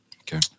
Okay